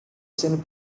sendo